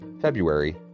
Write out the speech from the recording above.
February